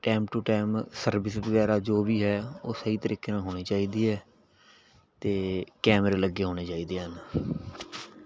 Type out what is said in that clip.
time to time service ਵਗੈਰਾ ਜੋ ਵੀ ਹੈ ਉਹ ਸਹੀ ਤਰੀਕੇ ਨਾਲ ਹੋਣੀ ਚਾਹੀਦੀ ਹੈ ਅਤੇ ਕੈਮਰੇ ਲੱਗੇ ਹੋਣੇ ਚਾਹੀਦੇ ਹਨ